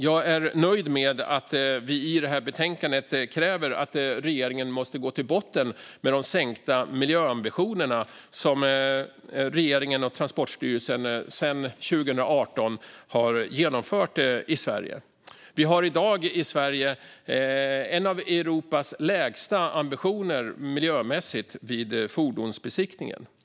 Jag är nöjd med att vi i betänkandet kräver att regeringen går till botten med den sänkning av miljöambitionerna som regeringen och Transportstyrelsen har genomfört sedan 2018 i Sverige. Vi har i dag i Sverige en av Europas lägsta ambitioner miljömässigt vid fordonsbesiktningen.